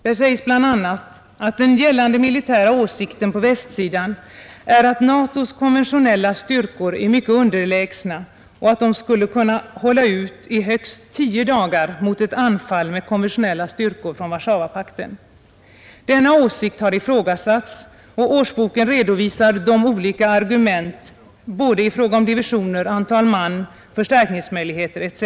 Där sägs bl.a. att den gällande militära åsikten på västsidan är att NATO:s konventionella styrkor är mycket underlägsna och att de skulle kunna hålla ut högst tio dagar mot ett anfall med konventionella styrkor från Warszawapakten. Denna åsikt har ifrågasatts, och årsboken redovisar de olika argumenten i fråga om divisioner, antal man, förstärkningsmöjligheter etc.